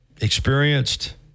experienced